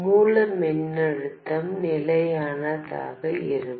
மூல மின்னழுத்தம் நிலையானதாக இருக்கும்